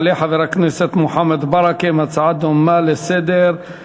יעלה חבר הכנסת מוחמד ברכה עם הצעה דומה לסדר-היום,